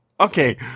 Okay